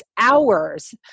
Hours